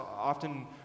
often